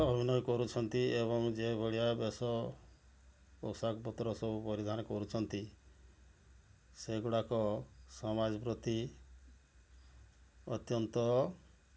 ଅଭିନୟ କରୁଛନ୍ତି ଏବଂ ଯେଉଁଭଳିଆ ବେଶ ପୋଷାକ ପତ୍ର ସବୁ ପରିଧାନ କରୁଛନ୍ତି ସେଗୁଡ଼ାକ ସମାଜ ପ୍ରତି ଅତ୍ୟନ୍ତ